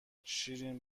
شیرین